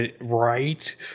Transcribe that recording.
Right